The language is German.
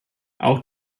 auch